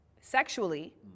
sexually